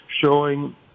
showing